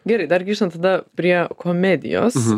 gerai dar grįžtant tada prie komedijos